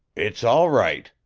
it's all right,